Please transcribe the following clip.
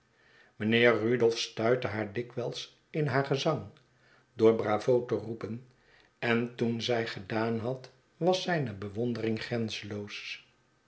mijnheer rodolph stuitte haar dikwijls in haar gezang door bravo te roepen en toen zij gedaan had was zijne bewondering grenzenloos